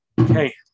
Okay